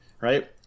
right